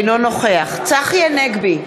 אינו נוכח צחי הנגבי,